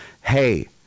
hey